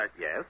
Yes